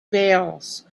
veils